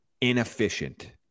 inefficient